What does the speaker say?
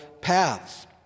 paths